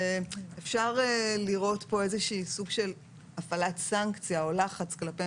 אפשר לראות כאן איזשהו סוג של הפעלת סנקציה או לחץ כלפי